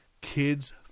kids